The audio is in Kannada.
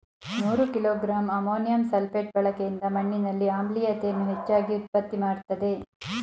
ನೂರು ಕಿಲೋ ಗ್ರಾಂ ಅಮೋನಿಯಂ ಸಲ್ಫೇಟ್ ಬಳಕೆಯಿಂದ ಮಣ್ಣಿನಲ್ಲಿ ಆಮ್ಲೀಯತೆಯನ್ನು ಹೆಚ್ಚಾಗಿ ಉತ್ಪತ್ತಿ ಮಾಡ್ತದೇ